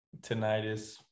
tinnitus